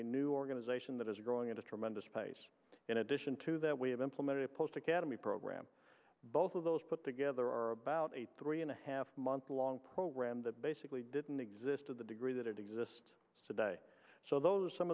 a new organization that is growing at a tremendous pace in addition to that we have implemented a post academy program both of those put together are about a three and a half month long program that basically didn't exist to the degree that it exists today so those are some